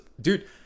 Dude